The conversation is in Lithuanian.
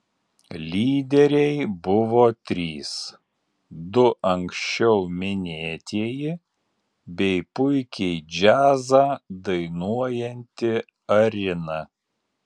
lyderiai buvo trys du anksčiau minėtieji bei puikiai džiazą dainuojanti arina